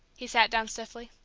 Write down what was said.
he sat down stiffly.